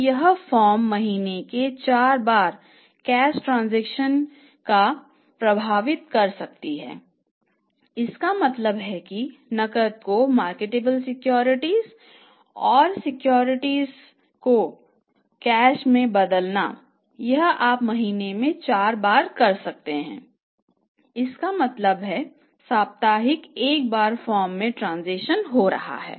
तो यह फर्म महीने में 4 बार कैश ट्रांसेक्शन को नकद में बदलना यह आप महीने में 4 बार कर सकते हैं इसका मतलब है साप्ताहिक एक बार फर्म में ट्रांजैक्शन हो रहा है